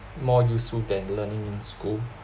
more useful than learning in school